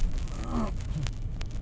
engkau boon keng pukul lima kan